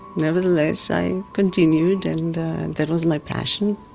nevertheless i continued, and that was my passion.